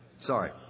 Sorry